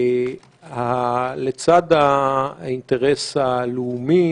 לצד האינטרס הלאומי